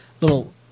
little